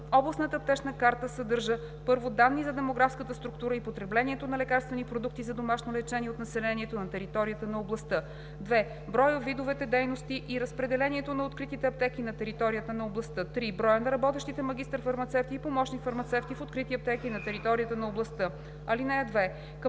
Областната аптечна карта съдържа: 1. данни за демографската структура и потреблението на лекарствени продукти за домашно лечение от населението на територията на областта; 2. броя, видовете дейности и разпределението на откритите аптеки на територията на областта; 3. броя на работещите магистър-фармацевти и помощник-фармацевти в открити аптеки на територията на областта. (2) Към